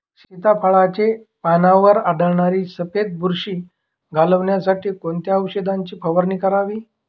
सीताफळाचे पानांवर आढळणारी सफेद बुरशी घालवण्यासाठी कोणत्या औषधांची फवारणी करावी?